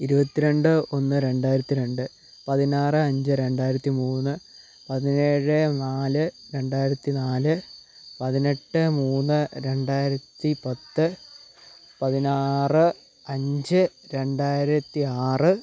ഇരുപത്തി രണ്ട് ഒന്ന് രണ്ടായിരത്തി രണ്ട് പതിനാറ് അഞ്ച് രണ്ടായിരത്തി മൂന്ന് പതിനേഴ് നാല് രണ്ടായിരത്തി നാല് പതിനെട്ട് മൂന്ന് രണ്ടായിരത്തി പത്ത് പതിനാറ് അഞ്ച് രണ്ടായിരത്തി ആറ്